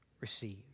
receive